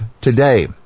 today